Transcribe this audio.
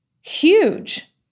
huge